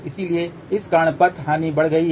इसलिए इस कारण पथ हानि बढ़ गई है